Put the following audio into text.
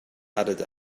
added